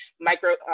micro